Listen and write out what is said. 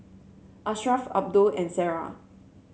Ashraf Abdul and Sarah